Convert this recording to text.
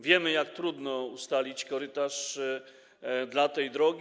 Wiemy, jak trudno ustalić korytarz dla tej drogi.